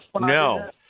no